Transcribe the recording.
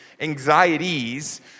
anxieties